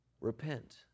Repent